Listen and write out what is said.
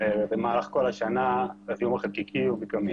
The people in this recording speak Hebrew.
במהלך כל השנה הוא מקמינים.